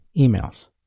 emails